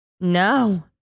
no